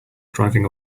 driving